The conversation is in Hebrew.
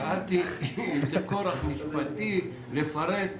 שאלתי אם זה כורח משפטי לפרט.